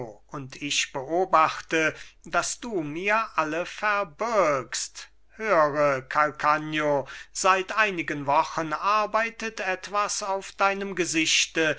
und ich beobachte daß du mir alle verbirgst höre calcagno seit einigen wochen arbeitet etwas auf deinem gesichte